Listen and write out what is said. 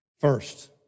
First